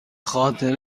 خاطر